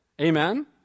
Amen